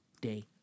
day